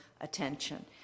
attention